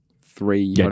three